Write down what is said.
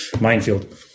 minefield